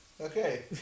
Okay